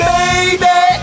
Baby